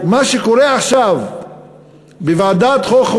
מה שקורה עכשיו בוועדת חוקה,